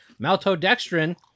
maltodextrin